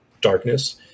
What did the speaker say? darkness